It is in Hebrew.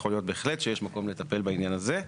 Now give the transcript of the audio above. ויכול להיות בהחלט שיש מקום לטפל בעניין הזה.